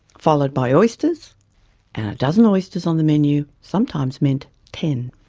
followed by oysters, and a dozen oysters on the menu sometimes meant ten.